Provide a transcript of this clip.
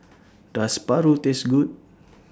Does Paru Taste Good